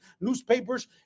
newspapers